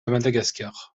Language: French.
madagascar